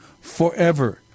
forever